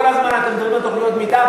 כל הזמן אתם מדברים על תוכניות מתאר,